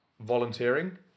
volunteering